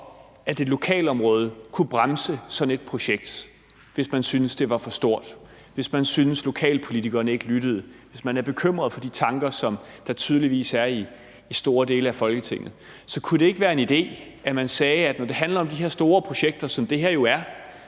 at et lokalområde kunne bremse sådan et projekt, hvis man syntes, at det var for stort, eller hvis man syntes, at lokalpolitikerne ikke lyttede, eller hvis man var bekymret for de tanker, som der tydeligvis er hos store dele af Folketinget. Så kunne det ikke være en idé, at man sagde, at når det handler om de her store projekter, som det her jo er,